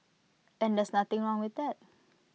and there's nothing wrong with that